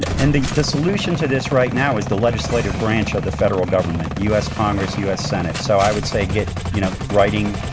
and the the solution to this right now is the legislative branch of the federal government. u s. congress, u s. senate, so i would say get you know writing,